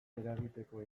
eragiteko